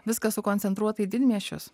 viskas sukoncentruota į didmiesčius